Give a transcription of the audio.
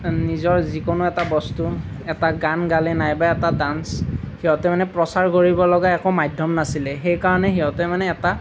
নিজৰ যিকোনো এটা বস্তু এটা গান গালে নাইবা এটা ডান্স সিহঁতে মানে প্ৰচাৰ কৰিব লগা একো মাধ্যম নাছিলে সেইকাৰণে সিহঁতে মানে এটা